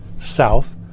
south